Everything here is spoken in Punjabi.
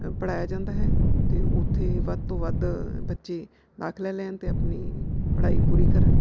ਪੜ੍ਹਾਇਆ ਜਾਂਦਾ ਹੈ ਅਤੇ ਉੱਥੇ ਵੱਧ ਤੋਂ ਵੱਧ ਬੱਚੇ ਦਾਖਲਾ ਲੈਣ ਅਤੇ ਆਪਣੀ ਪੜ੍ਹਾਈ ਪੂਰੀ ਕਰਨ